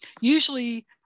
Usually